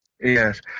Yes